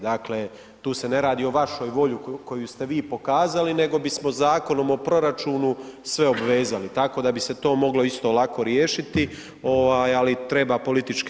Dakle, tu se ne radi o vašoj volji koju ste vi pokazali nego bismo Zakonom o proračunu sve obvezali, tako da bi se to moglo isto lako riješiti ovaj, ali treba političke volje.